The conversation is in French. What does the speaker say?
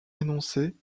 énoncés